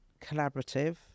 collaborative